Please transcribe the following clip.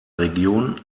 region